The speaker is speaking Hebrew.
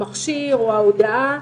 המכשיר או ההודעה,